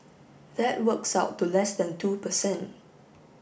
that works out to less than two percent